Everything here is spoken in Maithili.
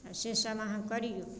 से सब अहाँ करियौ